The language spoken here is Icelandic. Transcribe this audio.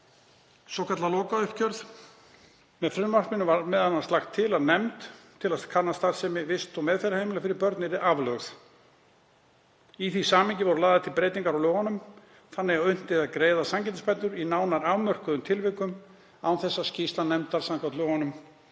svokallað lokauppgjör. Með frumvarpinu var m.a. lagt til að nefnd til að kanna starfsemi vist- og meðferðarheimila fyrir börn yrði aflögð. Í því samhengi voru lagðar til breytingar á lögunum þannig að unnt yrði að greiða sanngirnisbætur í nánar afmörkuðum tilvikum án þess að skýrsla nefndar samkvæmt lögunum